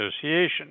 Association